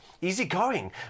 easygoing